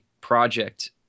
project